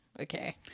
Okay